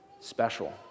special